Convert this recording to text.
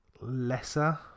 lesser